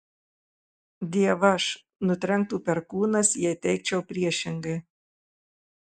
dievaž nutrenktų perkūnas jei teigčiau priešingai